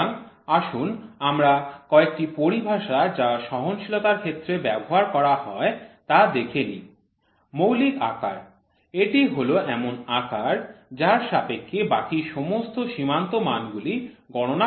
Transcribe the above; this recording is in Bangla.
সুতরাং আসুন আমরা কয়েকটি পরিভাষা যা সহনশীলতার ক্ষেত্রে ব্যবহার হয় তা দেখে নিই মৌলিক আকার এটি হল এমন আকার যার সাপেক্ষে বাকি সমস্ত সীমান্ত মানগুলি গণনা করা হয়